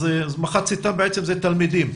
כלומר מחציתם תלמידים.